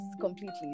completely